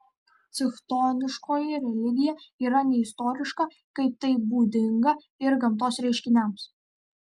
chtoniškoji religija yra neistoriška kaip tai būdinga ir gamtos reiškiniams